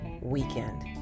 Weekend